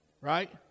right